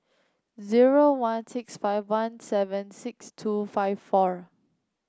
zero one six five one seven six two five four